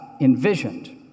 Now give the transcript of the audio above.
envisioned